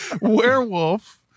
Werewolf